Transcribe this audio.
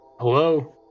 Hello